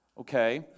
Okay